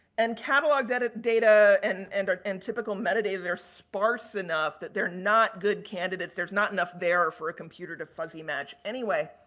and, catalog data and and and typical metadata, they're sparse enough that they're not good candidates, there's not enough there for a computer to fuzzy match anyway.